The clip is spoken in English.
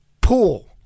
pool